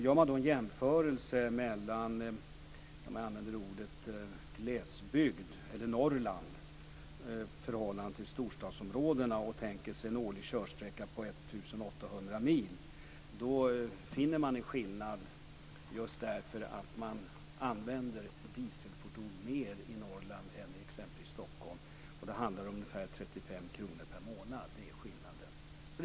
Gör man en jämförelse mellan glesbygd eller Norrland och storstadsområdena och tänker sig en årlig körsträcka på 1 800 mil, finner man en skillnad just därför att man använder dieselfordon mer i Norrland än i exempelvis Stockholm. Det handlar om en skillnad på ungefär 35 kr per månad.